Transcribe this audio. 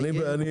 לעיין,